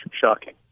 Shocking